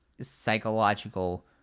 psychological